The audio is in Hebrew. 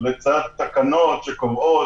רק לגבי תקנות לשעת חירום בחקיקה ראשית.